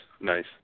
nice